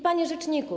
Panie Rzeczniku!